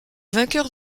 vainqueur